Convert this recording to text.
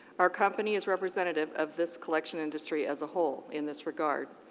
our company is representative of this collection industry as a whole in this regard.